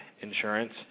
insurance